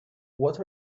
what